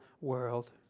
world